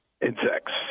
insects